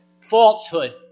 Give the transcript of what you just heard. falsehood